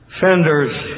fenders